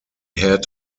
had